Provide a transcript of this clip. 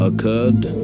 occurred